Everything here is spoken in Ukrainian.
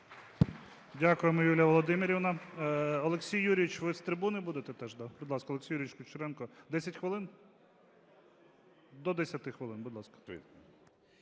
Дякуємо, Юлія Володимирівна. Олексій Юрійович, ви з трибуни будете теж, да? Будь ласка, Олексій Юрійович Кучеренко. 10 хвилин? До 10 хвилин, будь ласка.